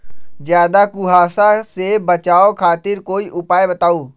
ज्यादा कुहासा से बचाव खातिर कोई उपाय बताऊ?